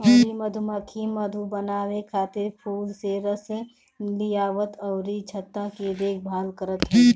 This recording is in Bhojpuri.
अउरी मधुमक्खी मधु बनावे खातिर फूल से रस लियावल अउरी छत्ता के देखभाल करत हई